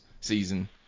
season